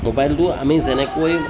মবাইলটো আমি যেনেকৈ